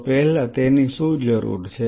તો પહેલા તેની શું જરૂર છે